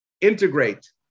integrate